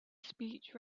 speech